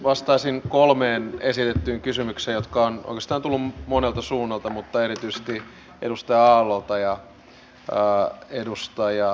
vastaisin kolmeen esitettyyn kysymykseen jotka ovat oikeastaan tulleet monelta suunnalta mutta erityisesti edustaja aallolta ja edustaja rinteeltä